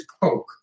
coke